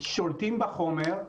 שולטים בחומר,